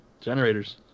generators